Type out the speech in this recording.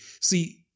see